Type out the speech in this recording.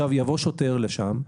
אם יבוא לשם שוטר,